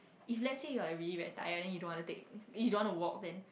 if let's say you are really very tired then you don't wanna take if you don't wanna walk then